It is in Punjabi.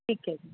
ਠੀਕ ਹੈ ਜੀ